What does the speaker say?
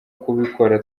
kubikora